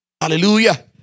Hallelujah